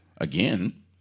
again